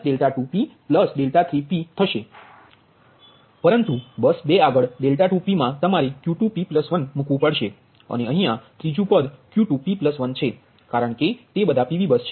પરંતુ બસ 2 આગળ 2p મા તમારે Q2p1મૂકવું પડશે અને અહીંયા ત્રીજુ પદ Q2p1છે કારણકે તે બધા PV બસ છે